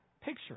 picture